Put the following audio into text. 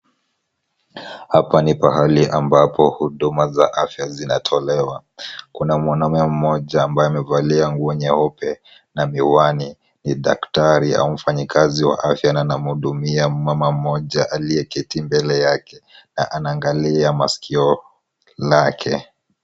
Hapa ni pahali ambapo huduma za afya zinatolewa. Kuna mwanaume mmoja ambaye amevalia nguo nyeupe na miwani. Ni daktari au mfanyikazi wa afya anamhudumia mama mmoja aliye keti mbele yake na anaangalia maskio lake.